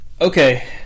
Okay